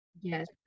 Yes